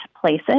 places